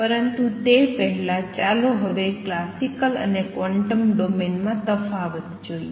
પરંતુ તે પહેલાં ચાલો હવે ક્લાસિકલ અને ક્વોન્ટમ ડોમેન માં તફાવત જોઈએ